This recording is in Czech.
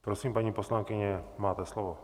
Prosím, paní poslankyně, máte slovo.